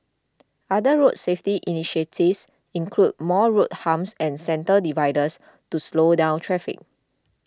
other road safety initiatives include more road humps and centre dividers to slow down traffic